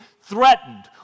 threatened